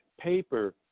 paper